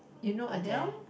you know Adele